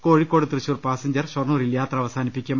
Kozhikode Thrissur passenger ഷൊർണൂരിൽ യാത്ര അവ സാനിപ്പിക്കും